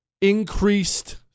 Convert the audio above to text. Increased